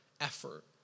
effort